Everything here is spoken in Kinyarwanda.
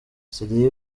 syria